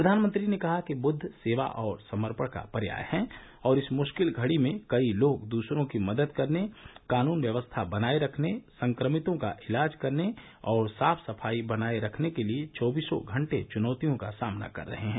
प्रधानमंत्री ने कहा कि बुद्ध सेवा और समर्पण का पर्याय हैं और इस मुश्किल घडी में कई लोग दसरों की मदद करने कानून व्यवस्था बनाये रखने संक्रमितों का इलाज करने और साफ सफाई बनाये रखने के लिए चौबीसो घंटे चुनौतियों का सामना कर रहे हैं